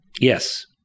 Yes